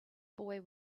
boy